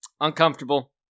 uncomfortable